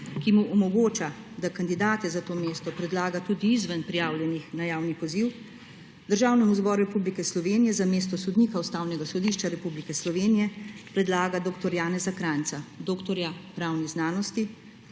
ki mu omogoča, da kandidate za to mesto predlaga tudi izven prijavljenih na javni poziv, Državnemu zboru Republike Slovenije za mesto sodnika Ustavnega sodišča Republike Slovenije predlaga dr. Janeza Krajca, doktorja pravnih znanosti,